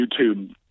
YouTube